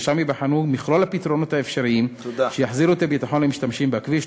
ושם ייבחנו מכלול הפתרונות האפשריים שיחזירו את הביטחון למשתמשים בכביש,